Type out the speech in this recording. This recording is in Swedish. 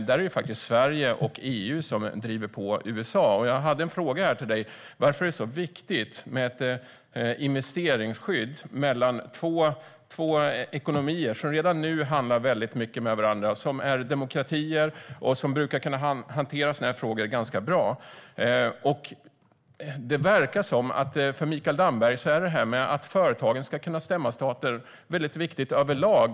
Där är det faktiskt Sverige och EU som driver på USA. Och jag hade en fråga här till dig om varför det är så viktigt med ett investeringsskydd mellan två ekonomier som redan nu handlar väldigt mycket med varandra, som är demokratier och som brukar kunna hantera sådana här frågor ganska bra. Det verkar som att för Mikael Damberg är detta att företagen ska kunna stämma stater väldigt viktigt överlag.